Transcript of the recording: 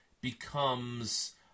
becomes